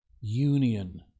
union